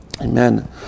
Amen